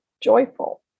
joyful